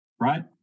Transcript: right